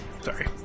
sorry